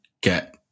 get